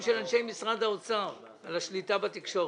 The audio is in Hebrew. של אנשי משרד האוצר על השליטה בתקשורת...